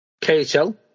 KHL